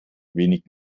wenig